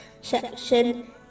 section